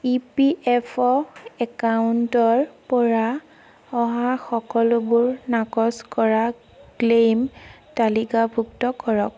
ই P F অ' একাউণ্টৰ পৰা অহা সকলোবোৰ নাকচ কৰা ক্লেইম তালিকাভুক্ত কৰক